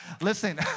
Listen